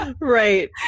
Right